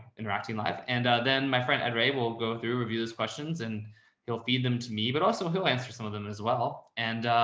interacting live. and, then my friend ed reay will go through, review those questions and he'll feed them to me, but also who answered some of them as well. and,